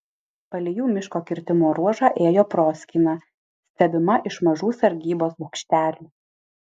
palei jų miško kirtimo ruožą ėjo proskyna stebima iš mažų sargybos bokštelių